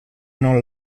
non